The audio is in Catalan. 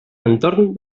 entorn